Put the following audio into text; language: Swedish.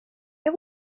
jag